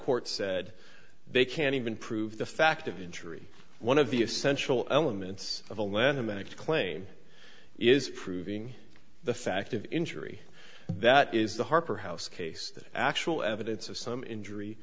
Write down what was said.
court said they can't even prove the fact of injury one of the essential elements of a lanham act claim is proving the fact of injury that is the harper house case the actual evidence of some injury